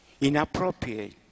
inappropriate